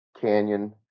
Canyon